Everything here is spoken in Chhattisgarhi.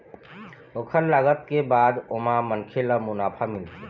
ओखर लागत के बाद ओमा मनखे ल मुनाफा मिलथे